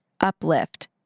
uplift